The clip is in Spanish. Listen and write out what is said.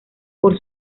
por